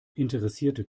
interessierte